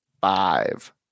five